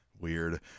weird